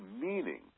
meaning